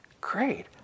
great